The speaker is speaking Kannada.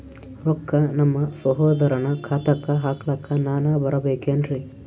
ರೊಕ್ಕ ನಮ್ಮಸಹೋದರನ ಖಾತಾಕ್ಕ ಹಾಕ್ಲಕ ನಾನಾ ಬರಬೇಕೆನ್ರೀ?